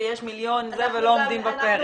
שיש מיליון זה ולא עומדים בפרץ.